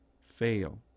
fail